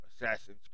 Assassin's